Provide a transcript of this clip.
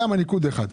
גם הניקוד אחד.